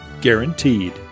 guaranteed